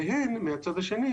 והן מהצד השני,